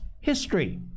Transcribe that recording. history